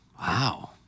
Wow